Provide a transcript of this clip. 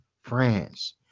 France